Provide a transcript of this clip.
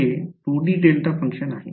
हे 2 D delta function आहे